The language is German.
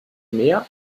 mehr